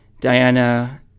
diana